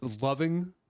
loving